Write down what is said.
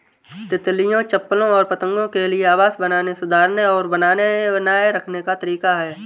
तितलियों, चप्पलों और पतंगों के लिए आवास बनाने, सुधारने और बनाए रखने का तरीका है